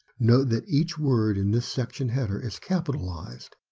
note that each word in this section header is capitalized.